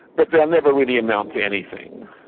but they'll never really amount to anything.